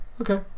okay